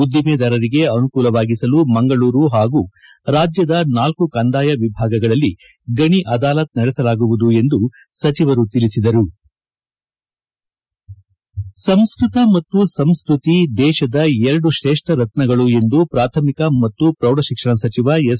ಉದ್ದಿಮೆದಾರರಿಗೆ ಅನುಕೂಲವಾಗಿಸಲು ಮಂಗಳೂರು ಪಾಗೂ ರಾಜ್ಯದ ನಾಲ್ಕ ಕಂದಾಯ ವಿಭಾಗಗಳಲ್ಲಿ ಗಣಿ ಅದಾಲತ್ ನಡೆಸಲಾಗುವುದು ಎಂದು ಸಚಿವರು ತಿಳಿಸಿದರು ಸಂಸ್ಟ್ರತ ಮತ್ತು ಸಂಸ್ಟ್ರತಿ ದೇಶದ ಎರಡು ಕ್ರೇಷ್ಠ ರತ್ನಗಳು ಎಂದು ಪ್ರಾಥಮಿಕ ಮತ್ತು ಪ್ರೌಢಶಿಕ್ಷಣ ಸಚಿವ ಎಸ್